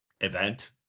event